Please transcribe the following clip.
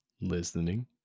Listening